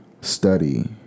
study